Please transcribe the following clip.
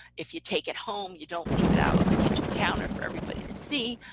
if you take it home. you don't leave it out on the kitchen counter for everybody to see,